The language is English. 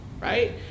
right